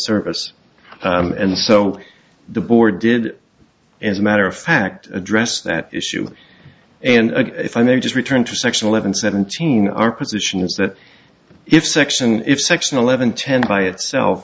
service and so the board did as a matter of fact address that issue and if i may just return to section eleven seventeen our position is that if section if section eleven ten by itself